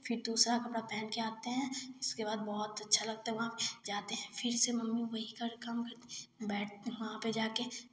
फिर दूसरा कपड़ा पहन के आते हैं इसके बाद बहुत अच्छा लगता है वहाँ पर जाते हैं फिर से मम्मी वही क काम करती है बैठ वहाँ पर जा कर फिर